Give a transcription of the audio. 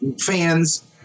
fans